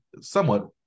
somewhat